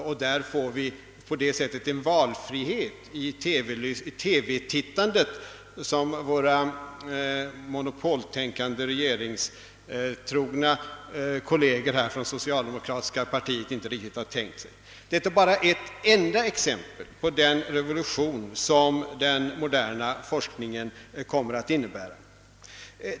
Vi får på det sättet en valfrihet i TV-tittandet som våra monopoltänkande, regeringstrogna kolleger i det socialdemokratiska partiet inte riktigt har tänkt sig. Detta är bara ett enda exempel på den revolution som den moderna forskningen kommer att innebära.